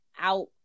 out